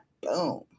Boom